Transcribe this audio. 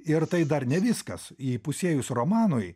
ir tai dar ne viskas įpusėjus romanui